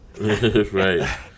Right